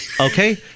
Okay